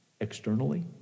externally